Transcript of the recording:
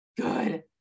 Good